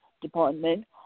department